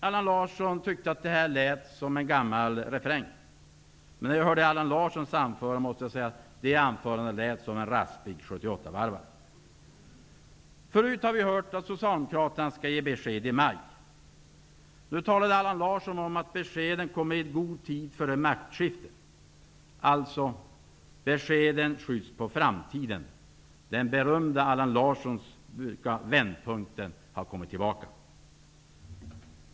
Allan Larsson tyckte att det här lät som en gammal refräng. Jag måste säga att Allan Larssons anförande lät som en raspig 78-varvare. Vi har tidigare hört att socialdemokraterna skall ge besked i maj. Nu talade Allan Larsson om att beskeden kommer i god tid före maktskiftet; beskeden skjuts alltså på framtiden. Den berömda Allan Larssonska vändpunkten har kommit tillbaka.